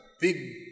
big